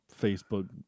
Facebook